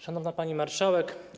Szanowna Pani Marszałek!